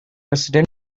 resident